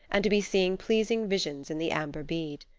and to be seeing pleasing visions in the amber bead.